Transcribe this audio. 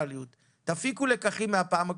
תפיקו לקחים מהפעם הקודמת.